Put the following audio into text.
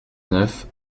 neuf